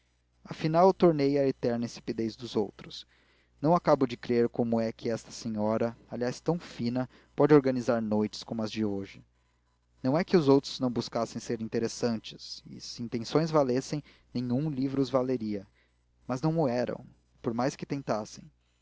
afinal tornei à eterna insipidez dos outros não acabo de crer como é que esta senhora aliás tão fina pode organizar noites como a de hoje não é que os outros não buscassem ser interessantes e se intenções valessem nenhum livro os valeria mas não o eram por mais que tentassem